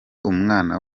umwana